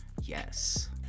yes